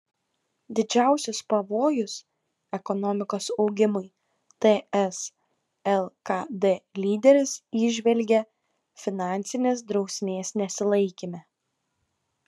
didžiausius pavojus ekonomikos augimui ts lkd lyderis įžvelgia finansinės drausmės nesilaikyme